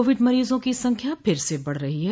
Covid मरीजों की संख्या फिर से बढ़ रही है